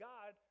God